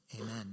Amen